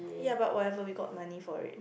ya but whatever we got money for it